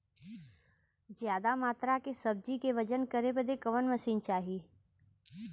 ज्यादा मात्रा के सब्जी के वजन करे बदे कवन मशीन चाही?